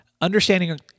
Understanding